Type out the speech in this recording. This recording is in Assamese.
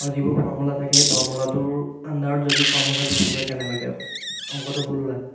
আৰু যিবোৰ ফৰ্মুলা থাকে সেই ফৰ্মুলাটোৰ আণ্ডাৰত যদি ফৰ্মুলাটো ভুল হয় কেনেবাকৈ অংকটো ভুল ওলায়